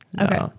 okay